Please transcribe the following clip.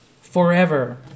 forever